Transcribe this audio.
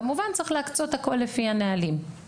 כמובן צריך להקצות הכל לפי הנהלים,